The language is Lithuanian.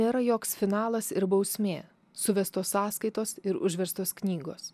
nėra joks finalas ir bausmė suvestos sąskaitos ir užverstos knygos